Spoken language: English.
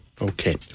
Okay